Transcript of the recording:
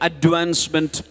Advancement